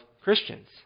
Christians